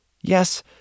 Yes